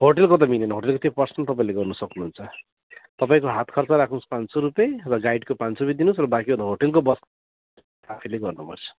होटलको त मिल्दैन होटलको त्यो पर्सनल तपाईँले गर्नु सक्नुहुन्छ तपाईँको हात खर्च राख्नुहोस् पाँच सौ रुपियाँ र गाइडको पाँच सौ रुपियाँ दिनुहोस् र बाँकीको भयो होटलको भयो आफैले गर्नुपर्छ